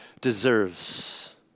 deserves